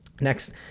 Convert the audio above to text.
Next